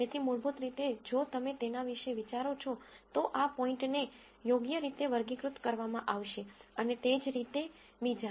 તેથી મૂળભૂત રીતે જો તમે તેના વિશે વિચારો છો તો આ પોઈન્ટને યોગ્ય રીતે વર્ગીકૃત કરવામાં આવશે અને તે જ રીતે બીજા